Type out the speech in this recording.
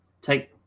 take